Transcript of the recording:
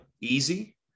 easy